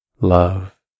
love